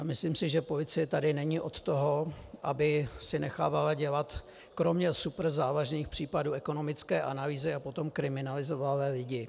Myslím si, že policie tu není od toho, aby si nechávala dělat kromě superzávažných případů ekonomické analýzy a potom kriminalizovala lidi.